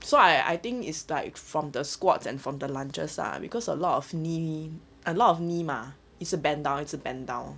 so I I think is like from the squats and from the lunges lah because a lot of knee a lot of knee mah 一直 bend down 一直 bend down